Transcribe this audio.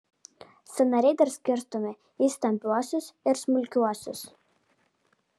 sąnariai dar skirstomi į stambiuosius ir smulkiuosius